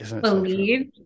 believe